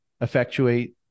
effectuate